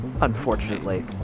unfortunately